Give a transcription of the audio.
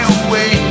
away